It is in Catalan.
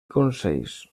consells